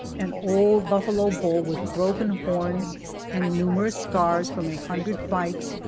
an old buffalo bull with broken horns and numerous scars from a hundred fights,